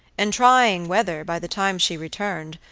and trying whether, by the time she returned,